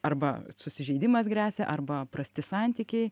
arba susižeidimas gresia arba prasti santykiai